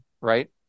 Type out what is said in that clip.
right